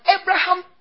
Abraham